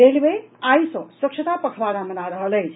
railway आइ सँ स्वच्छता पखवाड़ा मना रहल अछि